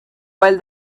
while